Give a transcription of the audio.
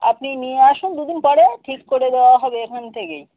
আপনি নিয়ে আসুন দুদিন পরে ঠিক করে দেওয়া হবে এখান থেকেই